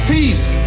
Peace